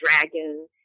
dragon